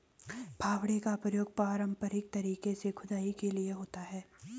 फावड़े का प्रयोग पारंपरिक तरीके से खुदाई के लिए होता है